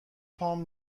پام